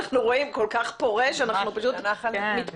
אנחנו רואים, כל כך פורה שאנחנו פשוט מתפלאים